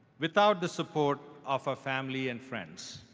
without the support of our family and friends.